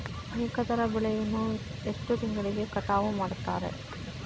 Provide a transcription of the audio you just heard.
ಏಕದಳ ಬೆಳೆಯನ್ನು ಎಷ್ಟು ತಿಂಗಳಿಗೆ ಕಟಾವು ಮಾಡುತ್ತಾರೆ?